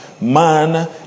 Man